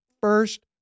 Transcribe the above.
First